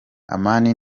amani